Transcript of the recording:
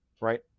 right